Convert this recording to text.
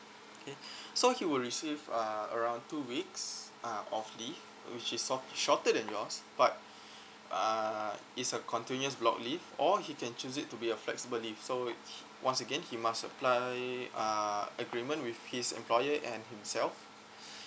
okay so he will receive uh around two weeks uh of leave which is sho~ shorter than yours but uh it's a continuous block leave or he can choose it to be a flexible leave so once again he must apply uh agreement with his employer and himself